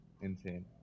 insane